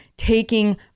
Taking